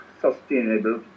sustainable